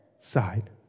side